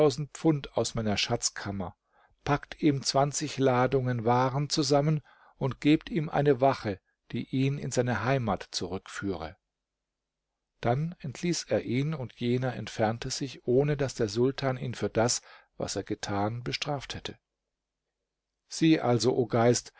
pfund aus meiner schatzkammer packt ihm ladungen waren zusammen und gebt ihm eine wache die ihn in seine heimat zurückführe dann entließ er ihn und jener entfernte sich ohne daß der sultan ihn für das was er getan bestraft hätte sieh also o geist